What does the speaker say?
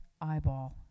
eyeball